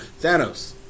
Thanos